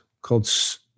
called